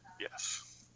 yes